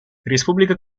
республика